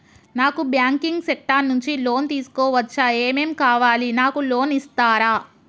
నాకు banking sector నుంచి loan తీసుకోవచ్చా? ఏమేం కావాలి? నాకు లోన్ ఇస్తారా?